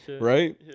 right